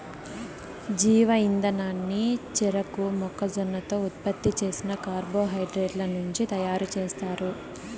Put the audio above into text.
జీవ ఇంధనాన్ని చెరకు, మొక్కజొన్నతో ఉత్పత్తి చేసిన కార్బోహైడ్రేట్ల నుంచి తయారుచేస్తారు